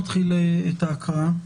נתחיל את ההקראה.